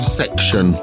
section